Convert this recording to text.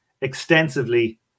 extensively